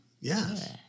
Yes